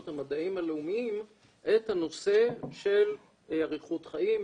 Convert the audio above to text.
המדעים הלאומיים את הנושא של אריכות חיים,